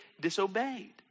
disobeyed